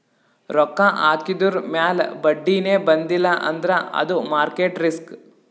ರೊಕ್ಕಾ ಹಾಕಿದುರ್ ಮ್ಯಾಲ ಬಡ್ಡಿನೇ ಬಂದಿಲ್ಲ ಅಂದ್ರ ಅದು ಮಾರ್ಕೆಟ್ ರಿಸ್ಕ್